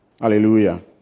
Hallelujah